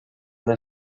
una